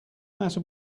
matter